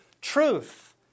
truth